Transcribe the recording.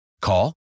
Call